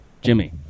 Jimmy